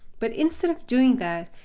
but instead of doing that,